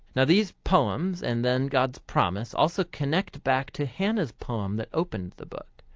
now these poems and then god's promise also connect back to hannah's poem that opened the book.